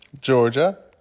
Georgia